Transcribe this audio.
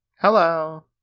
hello